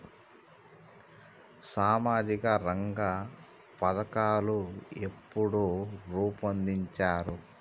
సామాజిక రంగ పథకాలు ఎప్పుడు రూపొందించారు?